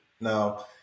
Now